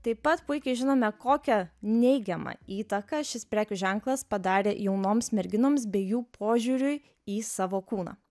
taip pat puikiai žinome kokią neigiamą įtaką šis prekių ženklas padarė jaunoms merginoms bei jų požiūriui į savo kūną